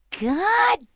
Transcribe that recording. God